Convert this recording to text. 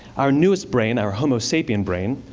our newest brain, our homo sapien brain,